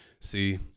See